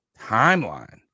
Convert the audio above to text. timeline